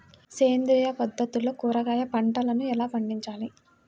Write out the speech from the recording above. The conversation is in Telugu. సేంద్రియ పద్ధతుల్లో కూరగాయ పంటలను ఎలా పండించాలి?